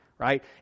Right